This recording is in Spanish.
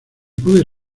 pude